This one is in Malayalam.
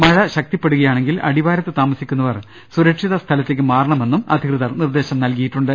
മഴ ശക്തിപ്പെടുകയാണെങ്കിൽ അടിവാരത്ത് താമസിക്കു ന്നവർ സുരക്ഷിത സ്ഥലത്തേക്ക് മാറണമെന്നും അധികൃതർ നിർദ്ദേശം നൽകിയിട്ടുണ്ട്